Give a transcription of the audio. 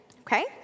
okay